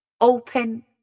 open